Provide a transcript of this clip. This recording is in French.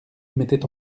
mettait